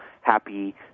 happy